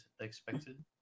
expected